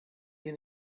hier